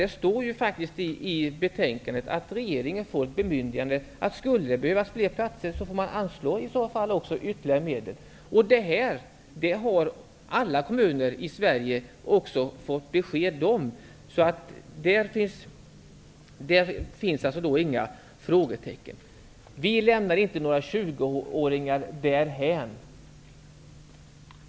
Det står faktiskt i betänkandet att regeringen får ett bemyndigande att anslå ytterligare medel om det skulle behövas fler platser. Detta har alla kommuner i Sverige också fått besked om. Där finns inga frågetecken. Vi lämnar inga 20-åringar därhän.